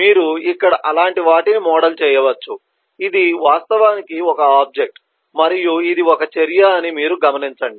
మీరు ఇక్కడ అలాంటి వాటిని మోడల్ చేయవచ్చు ఇది వాస్తవానికి ఒక ఆబ్జెక్ట్ మరియు ఇది ఒక చర్య అని మీరు గమనించండి